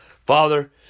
Father